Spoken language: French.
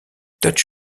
touch